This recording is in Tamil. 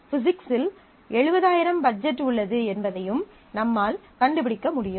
பிஸிக்ஸ்லில் 70000 பட்ஜெட் உள்ளது என்பதையும் நம்மால் கண்டுபிடிக்க முடியும்